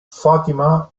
fatima